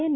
N